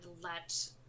let